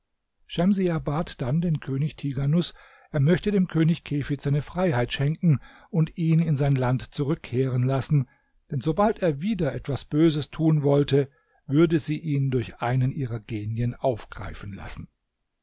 schemsiah bat dann den könig tighanus er möchte dem könig kefid seine freiheit schenken und ihn in sein land zurückkehren lassen denn sobald er wieder etwas böses tun wollte würde sie ihn durch einen ihrer genien aufgreifen lassen